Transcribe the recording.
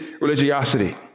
religiosity